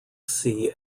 sea